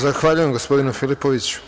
Zahvaljujem gospodinu Filipoviću.